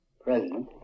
President